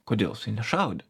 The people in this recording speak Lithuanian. kodėl jisai nešaudė